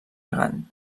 gant